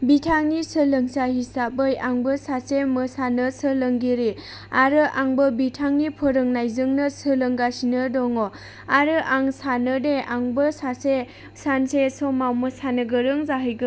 बिथांनि सोलोंसा हिसाबै आंबो सासे मोसानो सोलोंगिरि आरो आंबो बिथांनि फोरोंनायजोंनो सोलोंगासिनो दङ आरो आं सानोदि आंबो सासे सानसे समाव मोसानो गोरों जाहैगोन